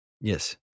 Yes